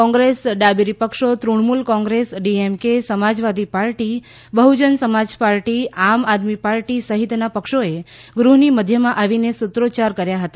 કોંગ્રેસ ડાબેરીપક્ષો Trinamool Congress DMK Samajwadi party Bahujan Samaj party Aam Aadmi party સહિતના પક્ષોએ ગૃહની મધ્યમાં આવીને સુત્રોચ્યાર કર્યા હતા